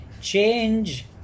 change